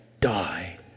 die